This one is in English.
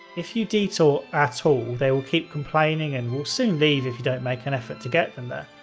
if you detour at all, they will keep complaining and will soon leave if you don't make an effort to get them there.